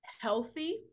healthy